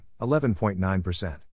11.9%